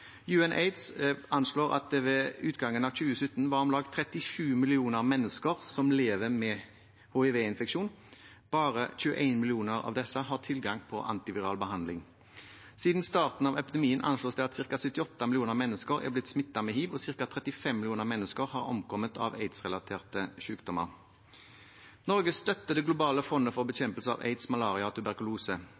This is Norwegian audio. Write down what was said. verden. UNAIDS anslår at det ved utgangen av 2017 var om lag 37 millioner mennesker som lever med hivinfeksjon. Bare 21 millioner av disse har tilgang på antiviral behandling. Siden starten av epidemien anslås det at ca. 78 millioner mennesker er blitt smittet med hiv, og ca. 35 millioner mennesker har omkommet av aidsrelaterte sykdommer. Norge støtter det globale fondet for bekjempelse av aids, malaria